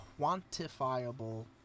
quantifiable